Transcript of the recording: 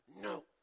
no